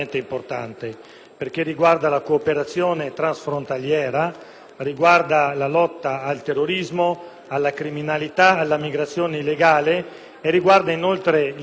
riguarda la cooperazione transfrontaliera, la lotta al terrorismo, alla criminalità e alla migrazione illegale e, inoltre, l'istituzione